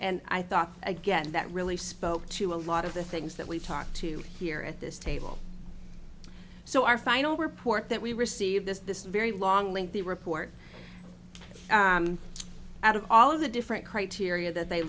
and i thought again that really spoke to a lot of the things that we've talked to here at this table so our final report that we received this very long lengthy report out of all of the different criteria that they